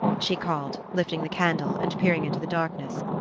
she called, lifting the candle and peering into the darkness.